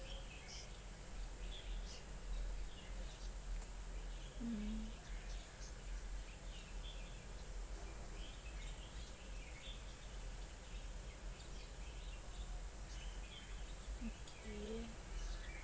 um okay